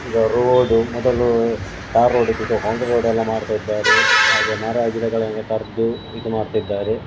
ಈಗ ರೋಡ್ ಮೊದಲು ತಾರ್ ರೋಡಿದ್ದಿದ್ದು ಕಾಂಕ್ರೀಟ್ ರೋಡೆಲ್ಲ ಮಾಡ್ತಾ ಇದ್ದಾರೆ ಹಾಗೆ ಮರ ಗಿಡಗಳನ್ನು ಕಡಿದು ಇದು ಮಾಡ್ತಿದ್ದಾರೆ